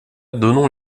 donnons